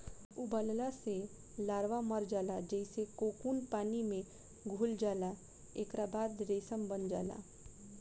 उबालला से लार्वा मर जाला जेइसे कोकून पानी में घुल जाला एकरा बाद रेशम बन जाला